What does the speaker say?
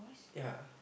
ya